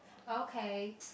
okay